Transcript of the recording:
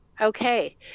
Okay